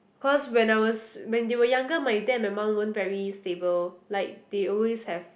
cause when I was when they were younger my dad and my mum weren't very stable like they always have